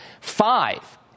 Five